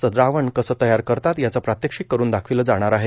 चे द्रावण कसे तयार करतात याचे प्रात्यक्षिक करुन दाखविले जाणार आहे